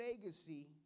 legacy